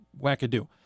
wackadoo